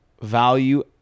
value